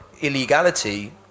illegality